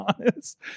honest